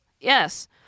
Yes